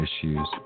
issues